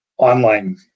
online